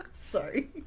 Sorry